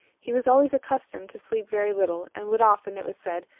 he was always accustomed to sleep very little, and would often, it was said,